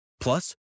Plus